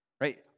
right